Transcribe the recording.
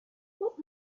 what